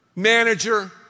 manager